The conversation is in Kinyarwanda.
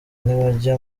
ntibajye